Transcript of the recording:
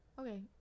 Okay